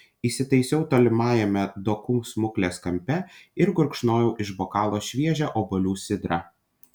įsitaisiau tolimajame dokų smuklės kampe ir gurkšnojau iš bokalo šviežią obuolių sidrą